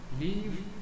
leave